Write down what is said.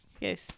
Yes